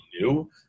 new